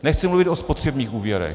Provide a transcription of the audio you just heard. Nechci mluvit o spotřebních úvěrech.